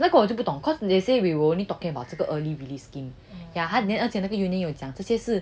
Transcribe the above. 那个我就不懂 cause they say we will only talking about 这个 early release scheme yeah then 他而且那个 union 有讲这些是